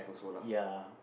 ya